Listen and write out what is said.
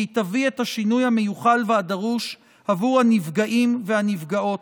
כי היא תביא את השינוי המיוחל והדרוש עבור הנפגעים והנפגעות.